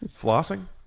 Flossing